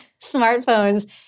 smartphones